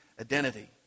identity